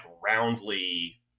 roundly